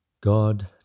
God